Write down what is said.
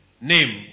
name